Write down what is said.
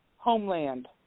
Homeland